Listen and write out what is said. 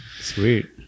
sweet